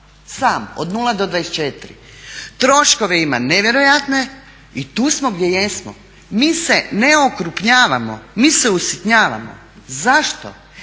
sam od 0-24. Troškove ima nevjerojatne i tu smo gdje jesmo. Mi se ne okrupnjavamo, mi se usitnjavamo. Zašto?